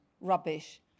rubbish